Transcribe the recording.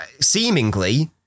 seemingly